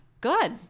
Good